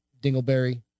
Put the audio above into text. dingleberry